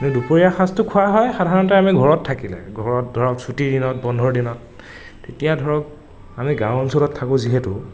দুপৰীয়া সাঁজটো খোৱা হয় সাধাৰণতে আমি ঘৰত থাকিলে ঘৰত ধৰক ছুটীৰ দিনত বন্ধৰ দিনত তেতিয়া ধৰক আমি গাঁও অঞ্চলত থাকোঁ যিহেতু